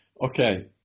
Okay